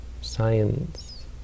science